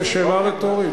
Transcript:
זו שאלה רטורית.